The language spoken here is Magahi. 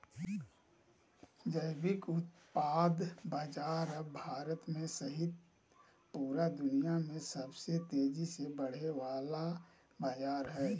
जैविक उत्पाद बाजार अब भारत सहित पूरा दुनिया में सबसे तेजी से बढ़े वला बाजार हइ